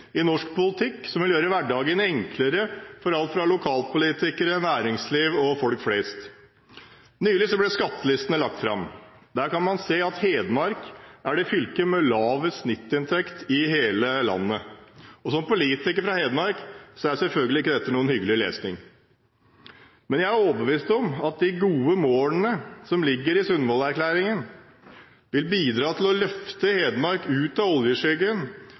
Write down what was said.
i norsk politikk, noe som vil gjøre hverdagen enklere for bl.a. lokalpolitikere, næringsliv og folk flest. Nylig ble skattelistene lagt fram. Der kan man se at Hedmark er det fylket i landet som har lavest snittinntekt. For en politiker fra Hedmark er dette selvfølgelig ikke noen hyggelig lesning, men jeg er overbevist om at de gode målene som ligger i Sundvolden-erklæringen, vil bidra til å løfte Hedmark ut av